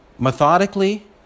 Methodically